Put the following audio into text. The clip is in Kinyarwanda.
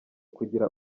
kugira